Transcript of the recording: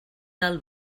del